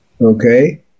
okay